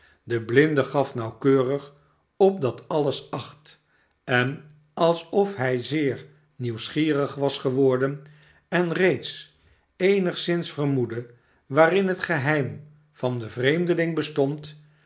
de blinde gaf nauwkeurig op dat alles acht en alsof hij zeer nieuwsgierig was geworden en reeds eenigszins vermoedde waarin het geheim van den vreemdeling bestond